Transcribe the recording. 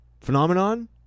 phenomenon